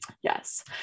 Yes